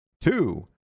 two